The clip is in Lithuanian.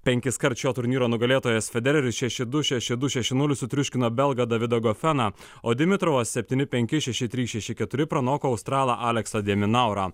penkiskart šio turnyro nugalėtojas federeris šeši du šeši du šeši nulis sutriuškino belgą davidą gofeną o dimitravas septyni penki šeši trys šeši keturi pranoko australą aleksą deminaurą